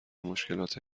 مشکلات